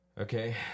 Okay